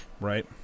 right